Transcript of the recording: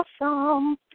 Awesome